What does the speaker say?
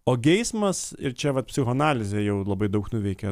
o geismas ir čia vat psichoanalizė jau labai daug nuveikė